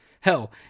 Hell